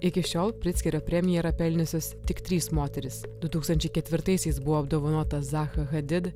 iki šiol pritzkerio yra pelniusios tik trys moterys du tūkstančiai ketvirtaisiais buvo apdovanota zacha hadid